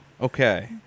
Okay